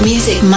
Music